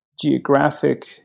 geographic